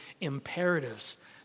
imperatives